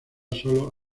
solo